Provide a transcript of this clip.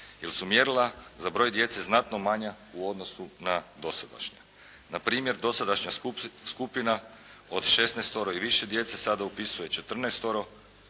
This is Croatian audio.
Jer su mjerila za broj djece znatno manja u odnosu na dosadašnje. Npr. dosadašnja skupina od 16 i više djece, sada upisuje 14,